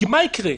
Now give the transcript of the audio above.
כי מה יקרה?